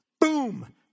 Boom